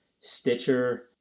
Stitcher